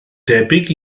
debyg